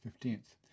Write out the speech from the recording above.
15th